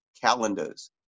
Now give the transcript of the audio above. calendars